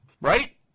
right